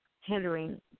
hindering